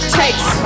takes